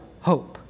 hope